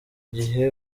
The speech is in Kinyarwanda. gihe